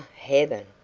heaven!